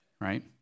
right